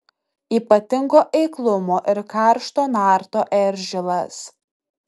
ypatingo eiklumo ir karšto narto eržilas